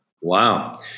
Wow